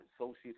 associates